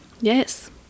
Yes